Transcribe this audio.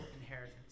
inheritance